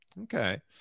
Okay